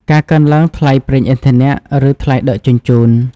ការកើនឡើងថ្លៃប្រេងឥន្ធនៈ ឬថ្លៃដឹកជញ្ជូន។